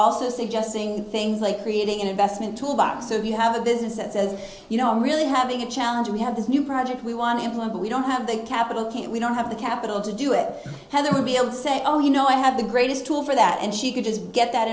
also suggesting things like creating an investment tool box of you have a business that says you know i'm really having a challenge we have this new project we want to implement we don't have the capital can't we don't have the capital to do it how they would be able to say oh you know i have the greatest tool for that and she could just get that